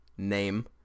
Name